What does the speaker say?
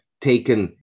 taken